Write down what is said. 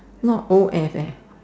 not O F eh